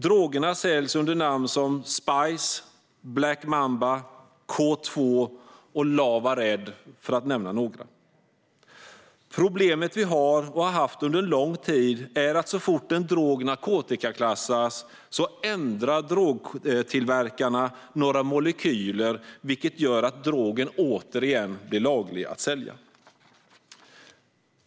Drogerna säljs under namn som Spice, Black Mamba, K2 och Lava Red, för att nämna några. Problemet vi har, och har haft under lång tid, är att så fort en drog narkotikaklassas ändrar drogtillverkarna några molekyler, vilket gör att drogen återigen blir laglig att sälja.